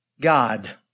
God